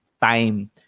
time